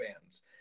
fans